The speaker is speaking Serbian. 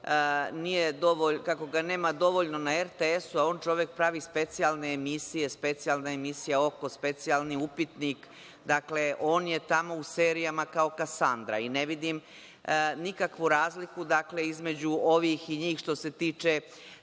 Vučić žali kako ga nema dovoljno na RTS, a on čovek pravi specijalne emisije, specijalna emisija „Oko“, specijalni „Upitnik“, dakle, on je tamo u serijama kao Kasandra i ne vidim nikakvu razliku između ovih i njih što se tiče